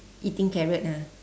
eating carrot ah